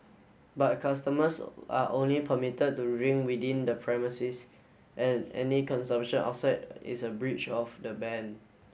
but customers are only permitted to drink within the premises and any consumption outside is a breach of the ban